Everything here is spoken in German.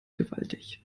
gewaltig